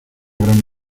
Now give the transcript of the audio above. gran